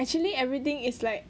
actually everything is like